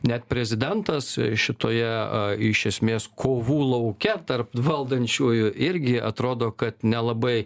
net prezidentas šitoje iš esmės kovų lauke tarp valdančiųjų irgi atrodo kad nelabai